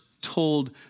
told